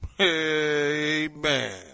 Amen